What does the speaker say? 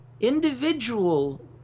individual